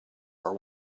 are